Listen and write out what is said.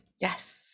Yes